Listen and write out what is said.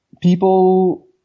people